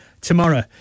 tomorrow